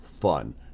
fun